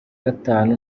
gatanu